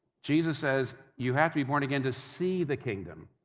jesus says, you have to be born again to see the kingdom.